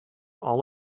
all